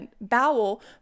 bowel